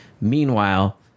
Meanwhile